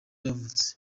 yavutse